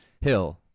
Hill